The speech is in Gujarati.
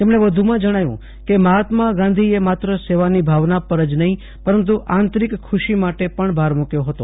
તેમણે વધુમાં જણાવ્યું કે મહાત્મા ગાંધીએ માત્ર સેવાની ભાવના પર જ નહીં પરંતુ આંતરિક ખુશી માટે પણ ભાર મૂક્યો હતો